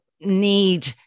need